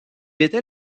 était